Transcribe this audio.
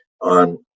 on